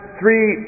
three